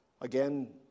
Again